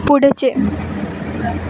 पुढचे